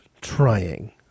trying